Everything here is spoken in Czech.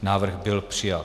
Návrh byl přijat.